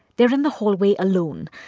they're in the hallway alone.